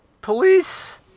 police